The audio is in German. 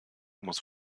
muss